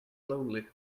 lonely